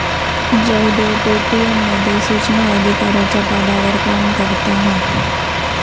Jaydev Paytm मध्ये सुचना अधिकाराच्या पदावर काम करता हा